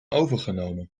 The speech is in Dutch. overgenomen